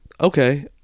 okay